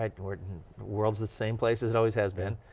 um world's the same place as it always has been.